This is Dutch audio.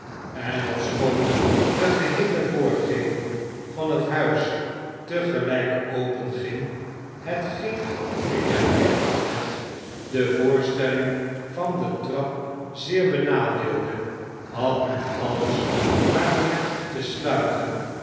en ofschoon de geheele voorgevel van het huis tegelp open gins hetgeen ik erken het de voorstelling van de trap zeer benadeelde had men alles maar weer te sluiten